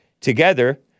together